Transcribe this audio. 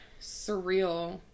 surreal